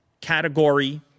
category